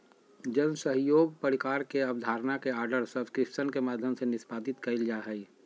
जन सहइोग प्रकार के अबधारणा के आर्डर सब्सक्रिप्शन के माध्यम से निष्पादित कइल जा हइ